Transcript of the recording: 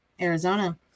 Arizona